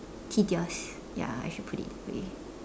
tedious ya I should put it that way